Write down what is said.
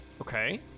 Okay